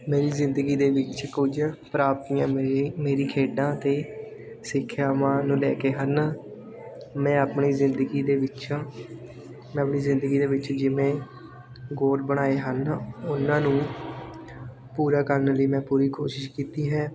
ਮੇਰੀ ਜ਼ਿੰਦਗੀ ਦੇ ਵਿੱਚ ਕੁਝ ਪ੍ਰਾਪਤੀਆਂ ਮੇਰੀ ਮੇਰੀ ਖੇਡਾਂ ਅਤੇ ਸਿੱਖਿਆਵਾਂ ਨੂੰ ਲੈ ਕੇ ਹਨ ਮੈਂ ਆਪਣੀ ਜ਼ਿੰਦਗੀ ਦੇ ਵਿੱਚ ਮੈਂ ਆਪਣੀ ਜ਼ਿੰਦਗੀ ਦੇ ਵਿੱਚ ਜਿਵੇਂ ਗੋਲ ਬਣਾਏ ਹਨ ਉਹਨਾਂ ਨੂੰ ਪੂਰਾ ਕਰਨ ਲਈ ਮੈਂ ਪੂਰੀ ਕੋਸ਼ਿਸ਼ ਕੀਤੀ ਹੈ